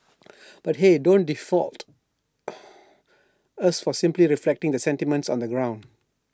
but hey don't fault us for simply reflecting the sentiments on the ground